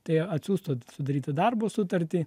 tai atsiųstų sudaryti darbo sutartį